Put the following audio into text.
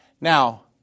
Now